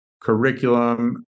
curriculum